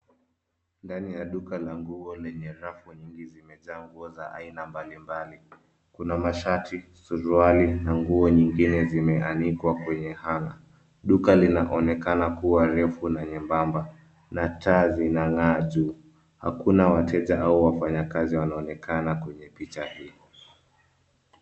Ndani ya duka la nguo lenye rafu nyingi zimejaa nguo za aina mbalimbali. Kuna mashati, suruali na nguo nyingine zimeanikwa kwenye hanger . Duka linaonekana kuwa refu na nyembamba na taa zinang'a juu. Hakuna wateja au wafanyakazi wanaonekana kwenye picha hii.